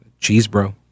Cheesebro